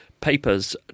papers